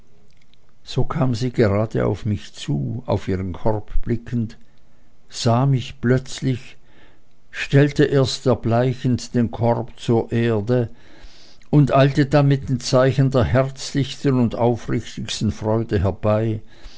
so kam sie gerade auf mich zu auf ihren korb blickend sah mich plötzlich stellte erst erbleichend den korb zur erde und eilte dann mit den zeichen der herzlichsten und aufrichtigsten freude herbei